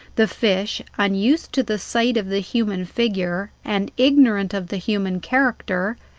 the fish, unused to the sight of the human figure, and ignorant of the human character,